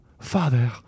father